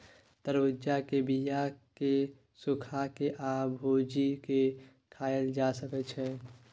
तरबुज्जा के बीया केँ सुखा के आ भुजि केँ खाएल जा सकै छै